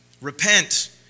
Repent